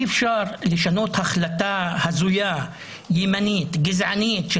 אי אפשר לשנות החלטה הזויה ימנית גזענית של